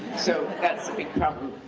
so that's a big problem.